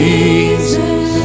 Jesus